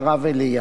ובו נאמר: